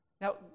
Now